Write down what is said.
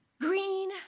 Green